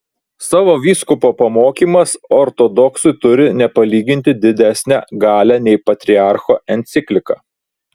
savo vyskupo pamokymas ortodoksui turi nepalyginti didesnę galią nei patriarcho enciklika